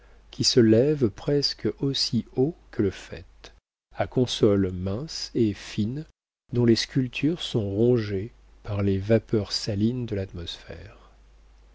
qui se lève presque aussi haut que le faîte à consoles minces et fines dont les sculptures sont rongées par les vapeurs salines de l'atmosphère